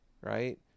right